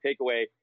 takeaway